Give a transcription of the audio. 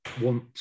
want